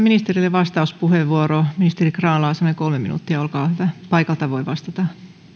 ministerille vastauspuheenvuoro ministeri grahn laasonen kolme minuuttia olkaa hyvä paikalta voi vastata